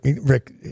Rick